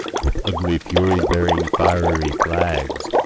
with ugly furies bearing fiery flags,